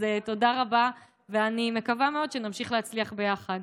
אז תודה רבה, ואני מקווה מאוד שנמשיך להצליח ביחד.